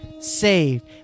saved